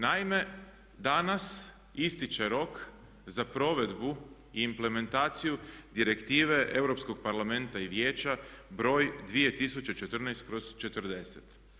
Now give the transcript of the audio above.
Naime danas ističe rok za provedbu i implementaciju direktive Europskog parlamenta i Vijeća br. 2014./40.